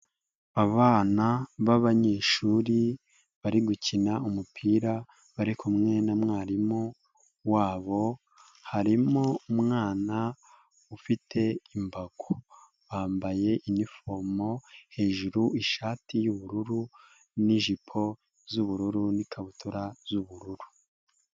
Abana b'abanyeshuri bari gukina umupira bari kumwe na mwarimu wabo harimo umwana ufite imbago, bambaye inifomo hejuru ishati y'ubururu n'ijipo z'ubururu n'ikabutura z'ubururu.